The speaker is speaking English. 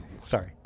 Sorry